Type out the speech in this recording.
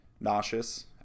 nauseous